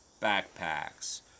backpacks